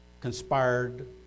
conspired